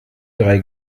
drei